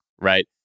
right